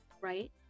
right